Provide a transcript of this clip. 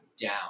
down